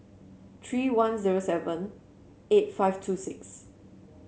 three one zero seven eight five two six